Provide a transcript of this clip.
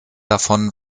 davon